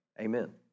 Amen